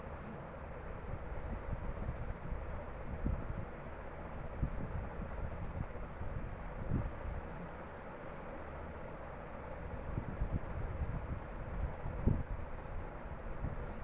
యాడో అమెరికా కొండల్ల దొరికే చాక్లెట్ ఈ దినాల్ల మనదేశంల ఉత్తరాన పండతండాది